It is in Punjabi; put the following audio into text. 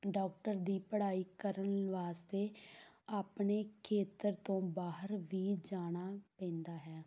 ਡਾਕਟਰ ਦੀ ਪੜ੍ਹਾਈ ਕਰਨ ਵਾਸਤੇ ਆਪਣੇ ਖੇਤਰ ਤੋਂ ਬਾਹਰ ਵੀ ਜਾਣਾ ਪੈਂਦਾ ਹੈ